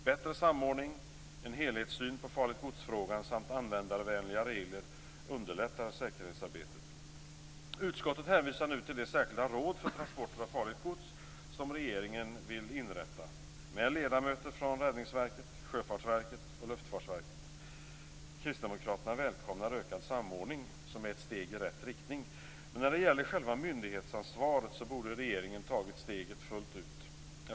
Bättre samordning, en helhetssyn på frågan om farligt gods samt användarvänliga regler underlättar säkerhetsarbetet. Utskottet hänvisar nu till det särskilda råd för transporter av farligt gods som regeringen vill inrätta med ledamöter från Räddningsverket, Sjöfartsverket och Luftfartsverket. Kristdemokraterna välkomnar ökad samordning. Det är ett steg i rätt riktning. Men när det gäller själva myndighetsansvaret borde regeringen ha tagit steget fullt ut.